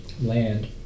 land